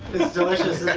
it's delicious,